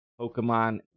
Pokemon